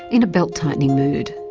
in a belt-tightening mood.